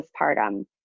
postpartum